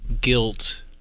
guilt